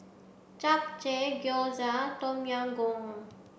Japchae Gyoza Tom Yam Goong